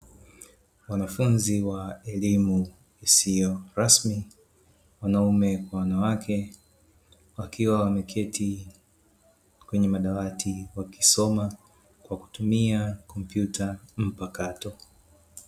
Wanafunzi wa elimu isio rasmi wanaume kwa wanawake wakiwa wameketi, kwenye madawati wakisoma kwa kutumia kompyuta mpakato.